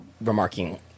remarking